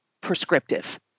prescriptive